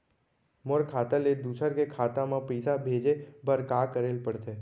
मोर खाता ले दूसर के खाता म पइसा भेजे बर का करेल पढ़थे?